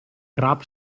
grap